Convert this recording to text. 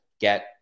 get